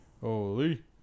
Holy